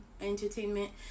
entertainment